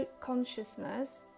consciousness